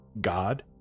God